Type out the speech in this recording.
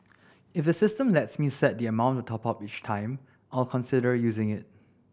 if the system lets me set the amount to top up each time I'll consider using it